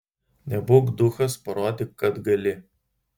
nebūk duchas parodyk kad gali